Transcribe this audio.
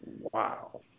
Wow